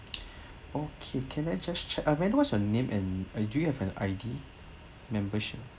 okay can I just check uh when what's your name and do you have an I_D membership